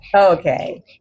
Okay